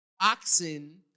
Oxen